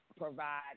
provide